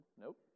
Nope